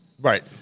Right